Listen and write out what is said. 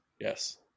Yes